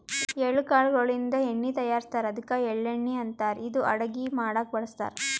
ಎಳ್ಳ ಕಾಳ್ ಗೋಳಿನ್ದ ಎಣ್ಣಿ ತಯಾರಿಸ್ತಾರ್ ಅದ್ಕ ಎಳ್ಳಣ್ಣಿ ಅಂತಾರ್ ಇದು ಅಡಗಿ ಮಾಡಕ್ಕ್ ಬಳಸ್ತಾರ್